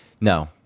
No